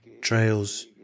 trails